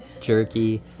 jerky